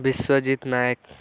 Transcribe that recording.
Biswajit Nayak